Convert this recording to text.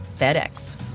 FedEx